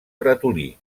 ratolí